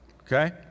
okay